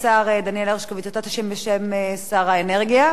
אתה תשיב בשם שר האנרגיה והמים?